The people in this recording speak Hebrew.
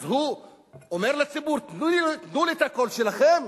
אז הוא אומר לציבור: תנו לי את הקול שלכם,